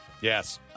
Yes